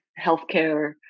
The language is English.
healthcare